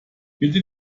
bitte